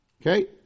Okay